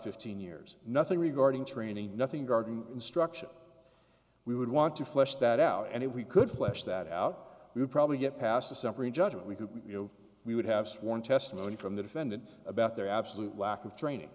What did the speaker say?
fifteen years nothing regarding training nothing garden instruction we would want to flesh that out and if we could flesh that out we would probably get past a separate judgment we could you know we would have sworn testimony from the defendant about their absolute lack of training